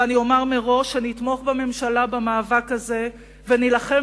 ואני אומר מראש שנתמוך בממשלה במאבק הזה ונילחם